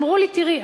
אמרו לי: תראי,